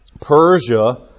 Persia